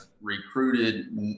recruited